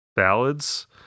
ballads